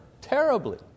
terribly